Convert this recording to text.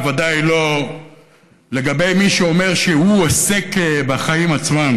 בוודאי לא לגבי מי שאומר שהוא עוסק בחיים עצמם,